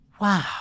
wow